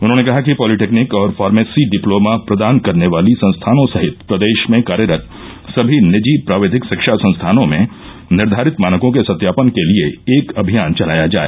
उन्होंने कहा कि पॉलिटेक्निक और फार्मेसी डिप्लोमा प्रदान करने वाली संस्थानों सहित प्रदेश में कार्यरत सनी निजी प्राविधिक शिक्षा संस्थानों में निर्धारित मानकों के सत्यापन के लिये एक अभियान चलाया जाय